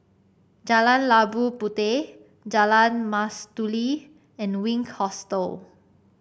Jalan Labu Puteh Jalan Mastuli and Wink Hostel